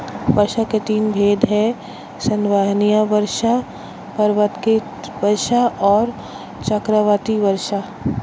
वर्षा के तीन भेद हैं संवहनीय वर्षा, पर्वतकृत वर्षा और चक्रवाती वर्षा